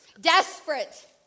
desperate